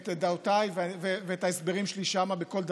ובדעותיי, ובהסברים שלי שם בכל דבר.